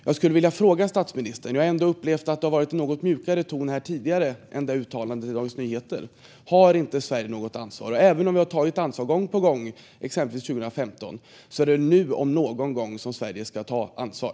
Jag har upplevt en mjukare ton tidigare och frågar därför statsministern: Har Sverige inget ansvar? Även om vi har tagit ansvar gång på gång, exempelvis 2015, är det väl nu om någon gång Sverige ska ta ansvar.